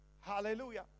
Hallelujah